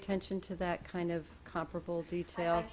attention to that kind of comparable fee tail